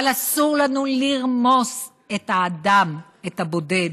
אבל אסור לנו לרמוס את האדם, את הבודד.